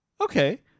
Okay